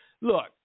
Look